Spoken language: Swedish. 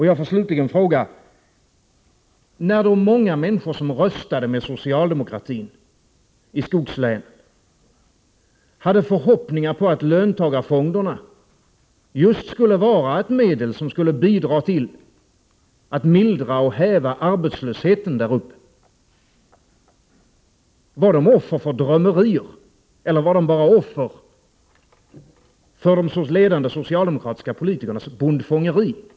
Jag får slutligen fråga: När de många människor i skogslänen som röstade med socialdemokratin hade förhoppningar på att löntagarfonderna just skulle vara ett medel som skulle bidra till att mildra och häva arbetslösheten där uppe, var de då offer för drömmerier eller var de bara offer för de ledande socialdemokraternas bondfångeri?